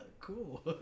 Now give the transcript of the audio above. Cool